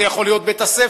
זה יכול להיות בית-הספר,